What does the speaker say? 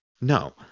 No